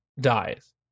dies